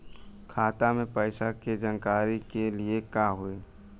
खाता मे पैसा के जानकारी के लिए का होई?